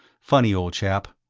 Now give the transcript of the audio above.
funny old chap,